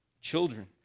children